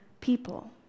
people